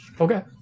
Okay